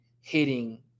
hitting